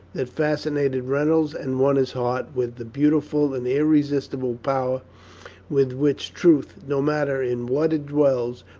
that fascinated reynolds, and won his heart with the beautiful and irresistible power with which truth, no matter in what it dwells,